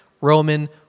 Roman